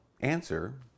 answer